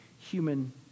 human